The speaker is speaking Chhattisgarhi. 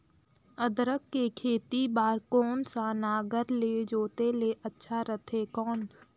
अदरक के खेती बार कोन सा नागर ले जोते ले अच्छा रथे कौन?